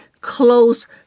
close